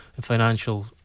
financial